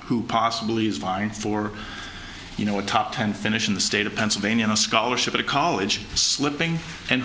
who possibly is fine for you know a top ten finish in the state of pennsylvania on a scholarship at a college slipping and